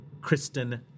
Kristen